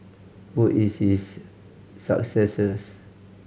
who is his successors